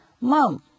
Mom